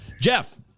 Jeff